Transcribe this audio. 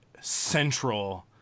central